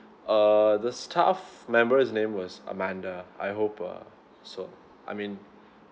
err the staff member's name was amanda I hope uh so I mean